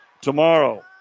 tomorrow